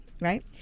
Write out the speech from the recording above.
right